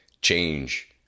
change